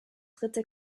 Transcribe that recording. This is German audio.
dritte